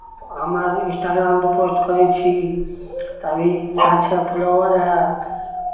हमरा इंस्टाग्रामपर पोस्ट करै छी तऽ अभी अच्छा फॉलोअर हए